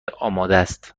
آمادست